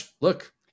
Look